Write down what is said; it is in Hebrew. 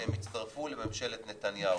שהם יצטרפו לממשלת נתניהו.